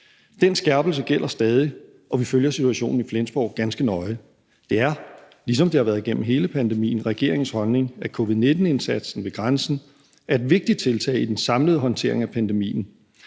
Den skærpelse gælder stadig, og vi følger situationen i Flensborg ganske nøje. Det er, ligesom det har været igennem hele pandemien, regeringens holdning, at covid-19-indsatsen ved grænsen er et vigtigt tiltag i den samlede håndtering af pandemien.